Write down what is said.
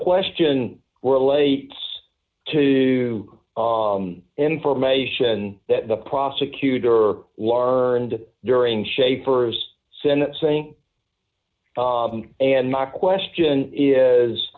question relates to information that the prosecutor larned during shapers senate saying and my question is